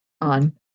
on